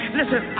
listen